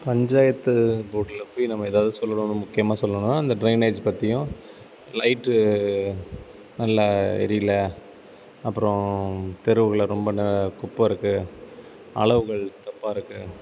பஞ்சாயத்து போர்டில் போய் நம்ம ஏதாவது சொல்லணும் முக்கியமாக சொல்லணுன்னால் அந்த ட்ரைனேஜ் பற்றியும் லைட்டு நல்லா எரியலை அப்பறம் தெருவில் ரொம்ப ந குப்பை இருக்குது அளவுகள் தப்பாக இருக்குது